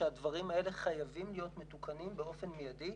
שהדברים האלה חייבים להיות מתוקנים באופן מיידי.